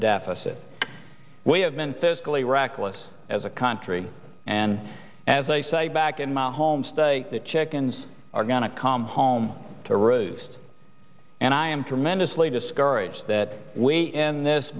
deficit we have been physically reckless as a country and as i say back in my home state the chickens are going to come home to roost and i am tremendously discouraged that we in this